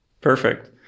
Perfect